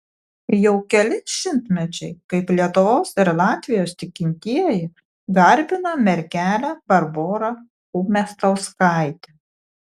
jau keli šimtmečiai kaip lietuvos ir latvijos tikintieji garbina mergelę barborą umiastauskaitę